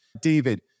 David